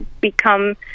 become